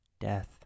death